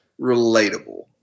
relatable